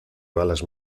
balas